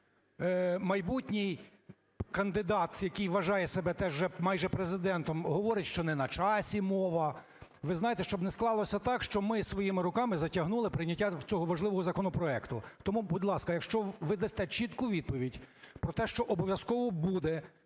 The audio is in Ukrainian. Майбутній кандидат, який вважає себе теж вже майже Президентом, говорить, що не на часі мова. Ви знаєте, щоб не склалося так, що ми своїми руками затягнули прийняття цього важливого законопроекту. Тому, будь ласка, якщо ви дасте чітку відповідь про те, що обов'язково буде